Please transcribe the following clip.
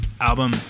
album